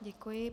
Děkuji.